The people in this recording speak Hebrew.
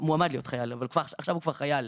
עכשיו הוא כבר חייל,